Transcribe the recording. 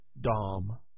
Dom